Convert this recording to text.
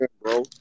bro